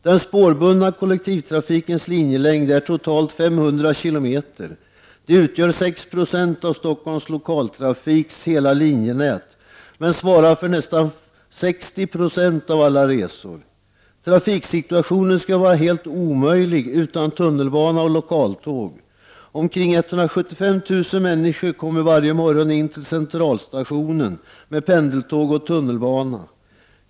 Den spårbundna kollektivtrafikens linjelängd är totalt 500 km. Den utgör 6 76 av Stockholms lokaltrafiks hela linjenät men svarar för nästan 60 96 av alla resor. Trafiksituationen skulle vara helt omöjlig utan tunnelbana och lokaltåg. Omkring 175 000 människor kommer varje morgon in till centralstationsområdet med pendeltåg och tunnelbana.